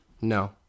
No